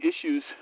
issues